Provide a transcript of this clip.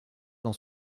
dans